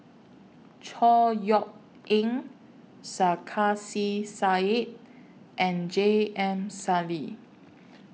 Chor Yeok Eng Sarkasi Said and J M Sali